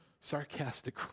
Sarcastic